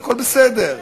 הכול בסדר.